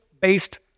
based